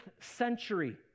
century